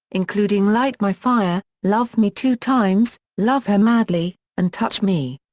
including light my fire, love me two times, love her madly, and touch me.